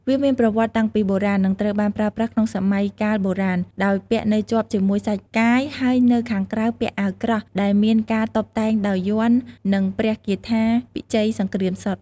វាមានប្រវត្តិតាំងពីបុរាណ និងត្រូវបានប្រើប្រាស់ក្នុងសម័យកាលបុរាណ ដោយពាក់នៅជាប់ជាមួយសាច់កាយ ហើយនៅខាងក្រៅពាក់អាវក្រោះដែលមានការតុបតែងដោយយ័ន្ត និងព្រះគាថាពិជ័យសង្គ្រាមសុទ្ធ។